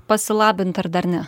pasilabint ar dar ne